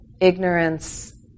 ignorance